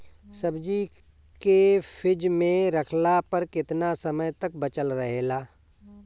सब्जी के फिज में रखला पर केतना समय तक बचल रहेला?